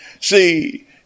See